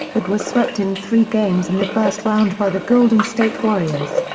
but were swept in three games in the first round by the golden state warriors.